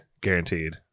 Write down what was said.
Guaranteed